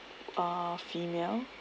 uh female